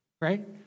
Right